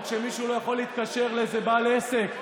או כשמישהו לא יכול להתקשר לאיזה בעל עסק,